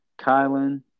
Kylan